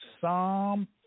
Psalm